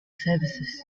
services